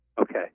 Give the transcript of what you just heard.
Okay